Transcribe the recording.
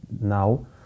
now